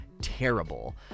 terrible